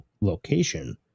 location